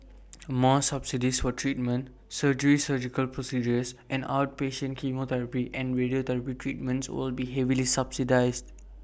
more subsidies for treatment surgery surgical procedures and outpatient chemotherapy and radiotherapy treatments will be more heavily subsidised